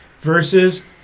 Versus